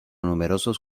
numerosos